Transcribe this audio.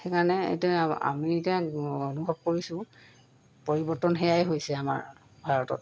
সেইকাৰণে এতিয়া আমি এতিয়া অনুভৱ কৰিছোঁ পৰিৱৰ্তন সেয়াই হৈছে আমাৰ ভাৰতত